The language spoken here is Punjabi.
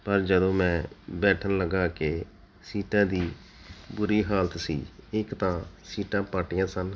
ਪਰ ਜਦੋਂ ਮੈਂ ਬੈਠਣ ਲੱਗਾ ਕਿ ਸੀਟਾਂ ਦੀ ਬੁਰੀ ਹਾਲਤ ਸੀ ਇੱਕ ਤਾਂ ਸੀਟਾਂ ਪਾਟੀਆਂ ਸਨ